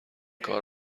کار